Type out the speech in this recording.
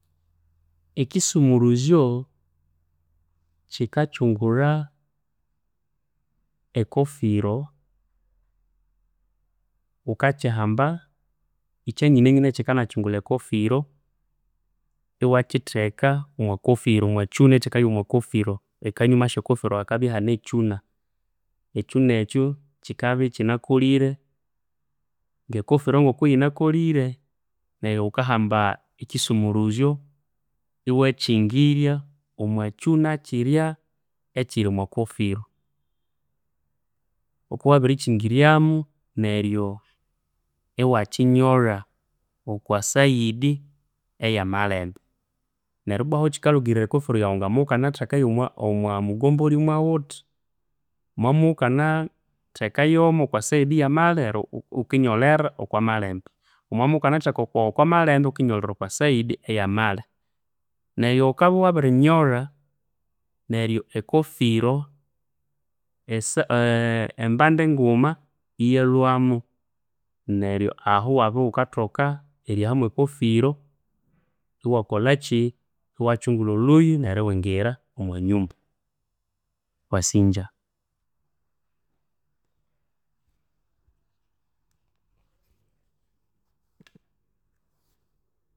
Ekisumuruzyo, kika kyungula ekofiro. Wukakihamba, ekyenyinenyine ekikanakyungula ekofiro iwakitheka omwa kofiro omwa kyuna ekikabya omwa kofiro ekanyuma esya kofiro hakabya ihane ekyuna. Ekyuna ekyo kikabya ikine kolire ngekofiiro ngoko yinakolire neryo ghukahamba ekisumuruzyo iwa kyingirya omwa kyuna kirya ekiri omwa kofiro. Ghukabya wabiri kikingiryamo neryo iwa kinyolha okwa side eya malembe neryo ibwa aho kikalugirira ekofiro yaghu ngmukanathekayo omwa mugomboli mwa wuthi, wamabya imuwukanathekayomo omwa side eya malya, iwukinyolera okwa malembe. Wamabya imuwukanateka okwa malembe iwukinyolera okwa side eya mali. Neryo wukabya wabiri nyolh aneryo ekofiro esa embandi nguma iyalhwamo neryo aho iwabya eribya iwukathoka eriha mwo kofiro iwakolhaki, iwakingulha olhuyi neryo iwingira omwa nyumba, mwasingya.